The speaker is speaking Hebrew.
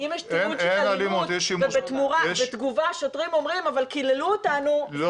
אם יש תיעוד של אלימות ובתגובה שוטרים אומרים: אבל קיללו אותנו,